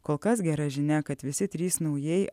kol kas gera žinia kad visi trys naujai